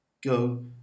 go